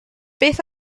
beth